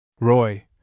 Roy